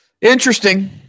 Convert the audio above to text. Interesting